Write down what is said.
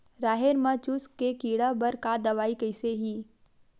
राहेर म चुस्क के कीड़ा बर का दवाई कइसे ही?